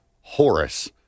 Horace